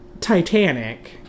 Titanic